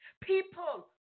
People